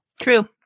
True